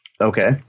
Okay